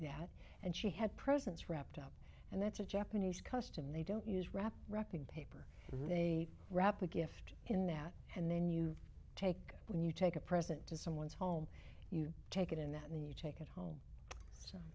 yeah and she had presents wrapped up and that's a japanese custom they don't use wrap wrapping paper they wrap a gift in that and then you take when you take a present to someone's home you take it in that and you take it home